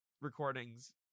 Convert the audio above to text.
recordings